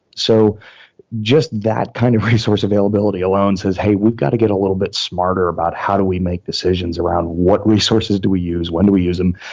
so just that kind of resource availability alone says, hey, we've got to get a little bit smarter about how do we make decisions around what resources do we use, when do we use them,